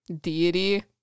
deity